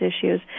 issues